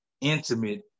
intimate